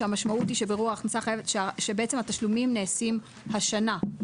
כשהמשמעות היא שהתשלומים נעשים השנה?